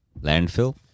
Landfill